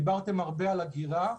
דיברתם הרבה על אגירה,